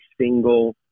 single